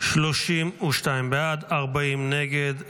32 בעד, 40 נגד.